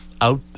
out